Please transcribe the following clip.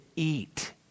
eat